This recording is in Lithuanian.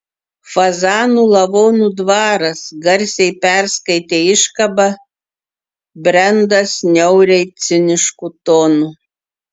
fazanų lavonų dvaras garsiai perskaitė iškabą brendas niauriai cinišku tonu